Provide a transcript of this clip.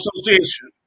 Association